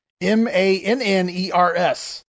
M-A-N-N-E-R-S